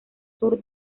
sur